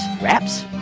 wraps